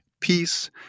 peace